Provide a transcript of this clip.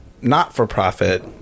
not-for-profit